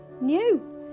new